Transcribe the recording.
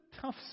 tough